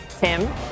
Tim